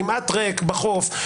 כמעט ריק בחוף,